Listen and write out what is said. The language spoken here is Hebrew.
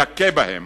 יכה בהם